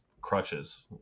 crutches